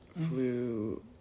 flu